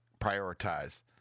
prioritize